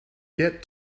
get